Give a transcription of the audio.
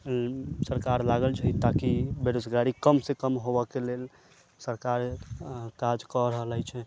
सरकार लागल छै ताकि बेरोजगारी कम से कम होवयके लेल सरकार काज कऽ रहल अछि